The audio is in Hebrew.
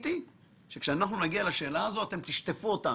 ציפיתי שכשנגיע לשאלה הזאת אתם תשטפו אותנו.